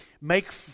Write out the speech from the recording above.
make